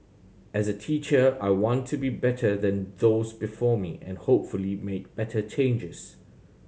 as a teacher I want to be better than those before me and hopefully make better changes